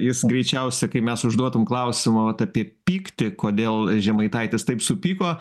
jis greičiausiai kai mes užduotum klausimą apie pyktį kodėl žemaitaitis taip supyko